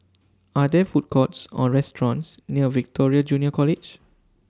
Are There Food Courts Or restaurants near Victoria Junior College